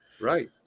Right